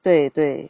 对对